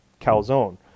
calzone